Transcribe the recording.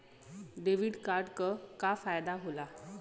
Debit card क का फायदा हो ला?